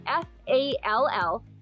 F-A-L-L